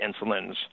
insulins